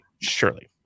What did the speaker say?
surely